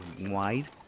wide